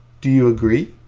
do you agree?